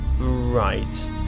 Right